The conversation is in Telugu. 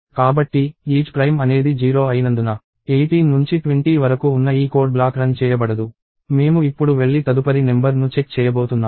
కాబట్టి isPrime అనేది 0 అయినందున 18 నుంచి 20 వరకు ఉన్న ఈ కోడ్ బ్లాక్ రన్ చేయబడదు మేము ఇప్పుడు వెళ్లి తదుపరి నెంబర్ ను చెక్ చేయబోతున్నాము